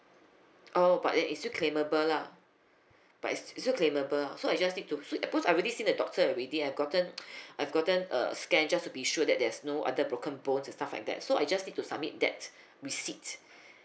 oh but it still claimable lah but it's it's still claimable lah so I just need to because I already seen the doctor already I've gotten I've gotten a scan just to be sure that there's no other broken bones and stuff like that so I just need to submit that receipt